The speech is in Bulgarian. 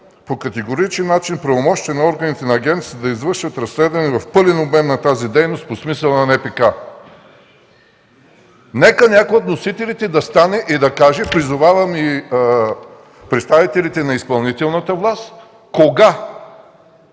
по категоричен начин правомощията на органите на агенцията да извършват разследвания в пълен обем на тази дейност по смисъла на Наказателно-процесуалния кодекс”. Нека някой от вносителите да стане и да каже, призовавам и представителите на изпълнителната власт, кога,